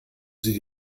sie